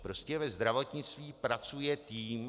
Prostě ve zdravotnictví pracuje tým.